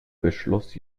beschloss